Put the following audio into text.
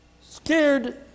Scared